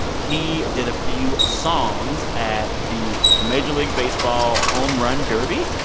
he did a few songs at the the major league baseball home run derby.